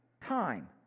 time